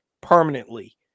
permanently